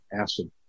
acid